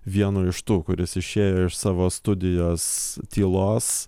vienu iš tų kuris išėjo iš savo studijos tylos